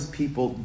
people